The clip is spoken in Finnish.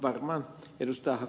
varmaan ed